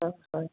হয় হয়